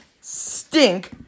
stink